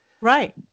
Right